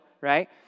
right